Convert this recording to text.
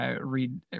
read